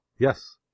Yes